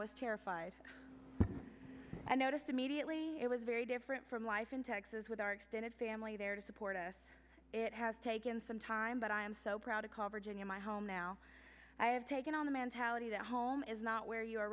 was terrified i noticed immediately it was very different from life in texas with our extended family there to support us it has taken some time but i am so proud to call virginia my home now i have taken on the mentality that home is not where you are